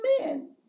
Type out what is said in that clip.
men